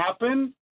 happen